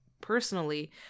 personally